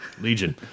Legion